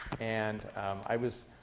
and i was